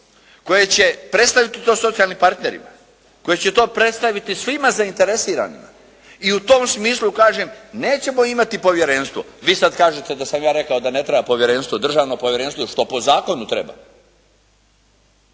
koji će predstaviti to socijalnim partnerima, koji će to predstaviti svima zainteresiranima i u tom smislu kažem nećemo imati povjerenstvo. Vi sad kažete da sam ja rekao da ne treba povjerenstvo, državno povjerenstvo ili što po zakonu treba,